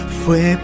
fue